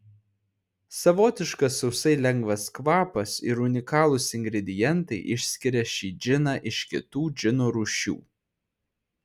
savotiškas sausai lengvas kvapas ir unikalūs ingredientai išskiria šį džiną iš kitų džino rūšių